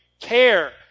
care